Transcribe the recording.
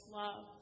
love